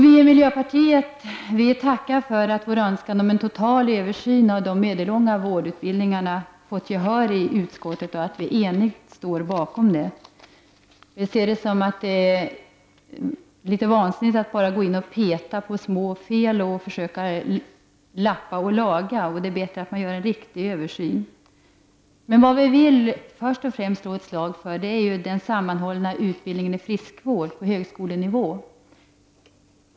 Vi i miljöpartiet vill tacka för att vårt önskemål om en total översyn av de medellånga vårdutbildningarna fått gehör i utskottet och för att utskottet står enigt bakom detta. Vi ser det som litet vansinnigt att bara gå in och peta på några små fel och försöka lappa och laga. Det är bättre att göra en riktig översyn. Först och främst vill jag slå ett slag för den sammanhållna utbildningen i friskvård på högskolenivå.